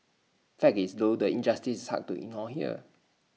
fact is though the injustice is hard to ignore here